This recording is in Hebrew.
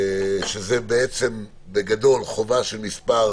שזה בעצם בגדול חובה של מספר